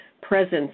presence